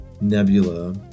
Nebula